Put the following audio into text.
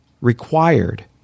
required